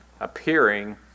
appearing